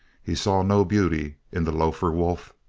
he saw no beauty in the lofer wolf.